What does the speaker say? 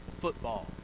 football